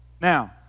Now